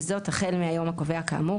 וזאת החל מהיום הקובע כאמור,